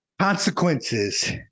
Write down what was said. consequences